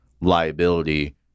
liability